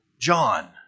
John